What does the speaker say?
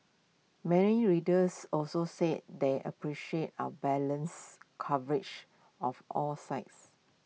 many readers also said they appreciated our balanced coverage of all sides